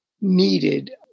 needed